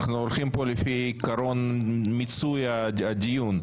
אנחנו הולכים פה לפי עיקרון מיצוי הדיון.